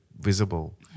visible